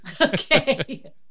Okay